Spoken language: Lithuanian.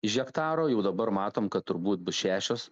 iš hektaro jau dabar matom kad turbūt bus šešios